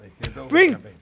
Bring